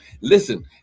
Listen